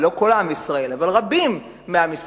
ורבים מעם ישראל,